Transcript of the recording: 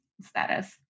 status